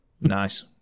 Nice